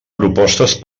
propostes